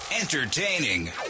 entertaining